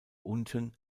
unten